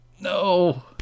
No